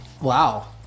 Wow